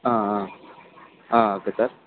ಹಾಂ ಹಾಂ ಹಾಂ ಓಕೆ ಸರ್